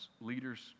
leaders